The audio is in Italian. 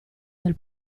del